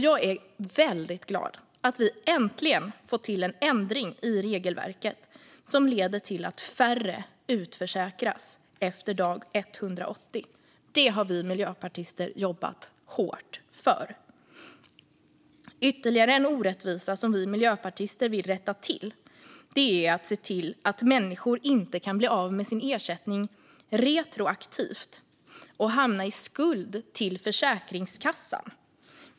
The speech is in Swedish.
Jag är väldigt glad över att vi äntligen fått till en ändring i regelverket som leder till att färre utförsäkras efter dag 180. Det har vi miljöpartister jobbat hårt för. Ytterligare en orättvisa som vi miljöpartister vill rätta till är att människor kan bli av med sin ersättning retroaktivt och hamna i skuld till Försäkringskassan.